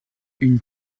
une